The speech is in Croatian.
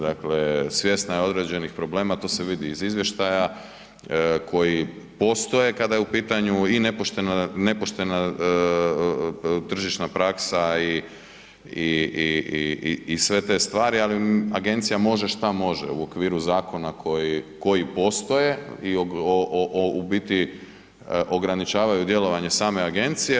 Dakle, svjesna je određenih problema to se vidi iz izvještaja koji postoje kada je u pitanju i nepoštena tržišna praksa i sve te stvari, ali agencija može šta može u okviru zakona koji postoje i u biti ograničavaju djelovanje same agencije.